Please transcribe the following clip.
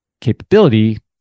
capability